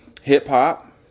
hip-hop